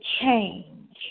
change